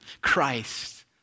Christ